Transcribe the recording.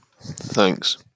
thanks